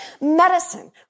Medicine